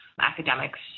academics